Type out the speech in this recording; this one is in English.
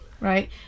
Right